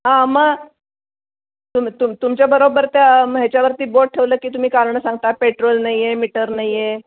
हां मग तुम तुम तुमच्याबरोबर त्या मग ह्याच्यावरती बोट ठेवलं की तुम्ही कारणं सांगता पेट्रोल नाही आहे मीटर नाही आहे